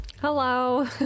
Hello